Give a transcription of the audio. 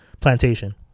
plantation